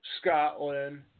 Scotland